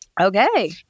okay